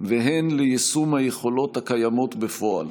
והן ליישום היכולות הקיימות בפועל.